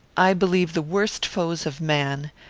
i believe the worst foes of man,